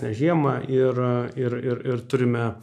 žiemą ir ir ir ir turime